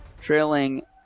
Trailing